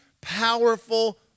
powerful